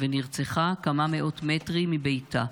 ונרצחה כמה מאות מטרים מביתה.